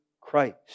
Christ